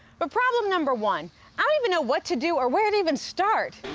but problem number one i don't even know what to do or where to even start.